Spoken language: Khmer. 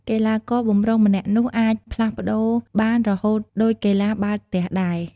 កីឡាករបម្រុងម្នាក់នោះអាច ផ្លាស់ប្ដូរបានរហូតដូចកីឡាបាល់ទះដែរ ។